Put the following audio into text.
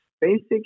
basic